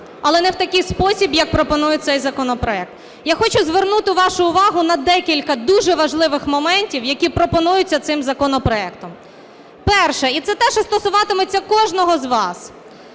Але не в такий спосіб, як пропонує цей законопроект. Я хочу звернути вашу увагу на декілька дуже важливих моментів, які пропонуються цим законопроектом. Перше. І це те, що буде стосуватися кожного з вас